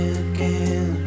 again